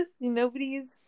Nobody's